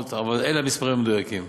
כמו 700, אבל אלה המספרים המדויקים.